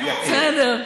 בסדר.